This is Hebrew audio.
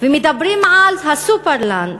ומדברים על ה"סופרלנד",